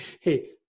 Hey